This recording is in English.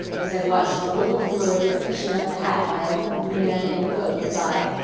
as i watched the little flurry of fishing up the hat by a man in a boat near by,